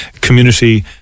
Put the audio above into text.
community